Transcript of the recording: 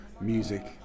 music